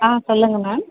ஆ சொல்லுங்கள் மேம்